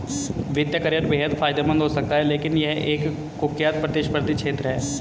वित्तीय करियर बेहद फायदेमंद हो सकता है लेकिन यह एक कुख्यात प्रतिस्पर्धी क्षेत्र है